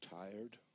tired